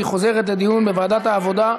והיא חוזרת לדיון בוועדת העבודה,